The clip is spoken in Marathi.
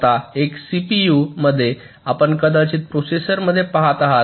आता एका सीपीयूमध्ये आपण कदाचित प्रोसेसरमध्ये पहात आहात